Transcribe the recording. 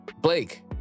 Blake